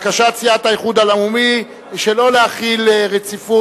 (תיקון מס' 9) בקשת סיעת האיחוד הלאומי שלא להחיל רציפות,